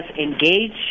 engage